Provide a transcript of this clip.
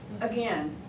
Again